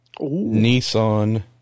Nissan